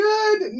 Good